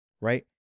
right